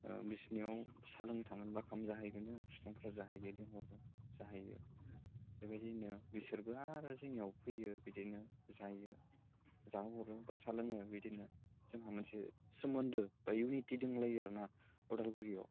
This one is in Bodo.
बिसोरनियाव साहा लोंनो थांगोन बा खाम जाहैगोन जोङो ख्रिस्टानफोरा जाहोयो लिंहरो जाहोयो बेबायदिनो बिसोरबो आरो जोंनियाव फैयो बिदिनो जायो जाहोहरो बा साहा लोङो बिदिनो जोंहा मोनसे सोमोन्दो बा इउनिटि दंलायो आरो ना उदालगुरियाव